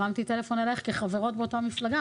הרמתי אליך כי אנו חברות באותה מפלגה.